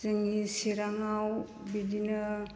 जोंनि चिराङाव बिदिनो